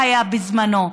בזמנו.